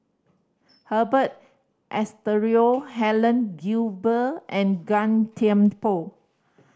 Herbert Eleuterio Helen Gilbey and Gan Thiam Poh